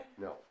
No